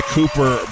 Cooper